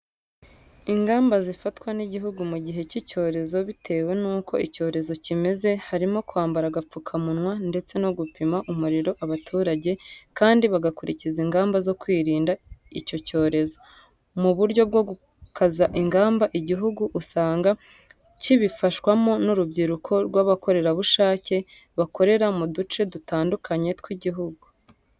Ingamba zifatwa n'igihugu mu gihe cy'icyorezo bitewe nuko icyorezo kimeze, harimo kwambara agapfukamunwa ndetse no gupima umuriro abaturajye, kandi bagakurikiza ingamba zo kwirinda icyo cyorezo. Mu buryo bwo gukaza ingamba, igihugu usanga kibifashwamo n'urubyiruko rw'abakorerabushake bakorera mu duce dutandukanye tw'igihugu.